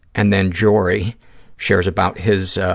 and then jory shares about his,